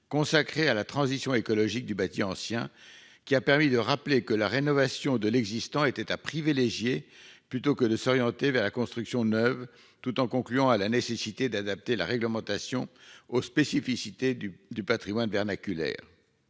consacrée à la transition écologique du bâti ancien qui a permis de rappeler que la rénovation de l'existant était à privilégier plutôt que de s'orienter vers la construction neuve, tout en concluant à la nécessité d'adapter la réglementation aux spécificités du du Patrimoine vernaculaire.